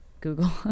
Google